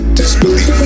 disbelief